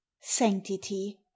sanctity